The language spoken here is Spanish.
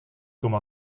como